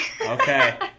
Okay